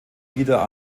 wieder